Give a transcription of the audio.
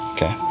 Okay